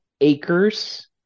acres